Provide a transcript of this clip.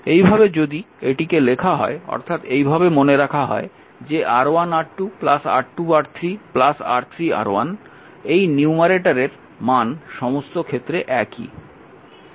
এইভাবে যদি এটিকে লেখা হয় অর্থাৎ এইভাবে মনে রাখা হয় যে R1R2 R2R3 R3R1 এই নিউমারেটরের মান সমস্ত ক্ষেত্রে একই